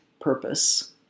purpose